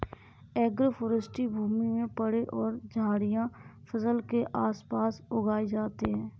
agroforestry भूमि में पेड़ और झाड़ियाँ फसल के आस पास उगाई जाते है